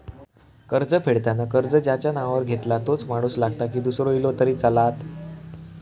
कर्ज फेडताना कर्ज ज्याच्या नावावर घेतला तोच माणूस लागता की दूसरो इलो तरी चलात?